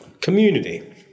community